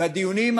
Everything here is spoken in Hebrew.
בדיונים